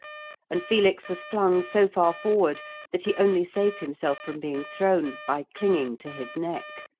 and felix was flung so far forward that he only saved himself from being thrown by clinging to his neck.